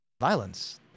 violence